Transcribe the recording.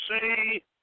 say